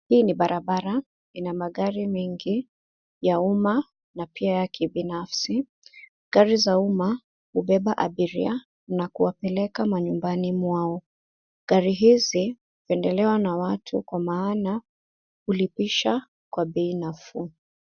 Hii ni barabara. Ina magari mengi ya umma na pia ya kibinafsi. Gari za umma hubeba abiria na kuwapeleka manyumbani mwao. Gari hizi hupendelewa na watu kwa maana hulipisha kwa bei nafuu.